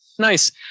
nice